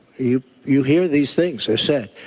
you you hear these things. they are said.